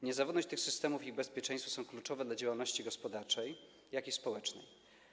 Niezawodność tych systemów i bezpieczeństwo są kluczowe dla działalności gospodarczej, jak i społecznej.